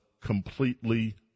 completely